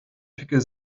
pickel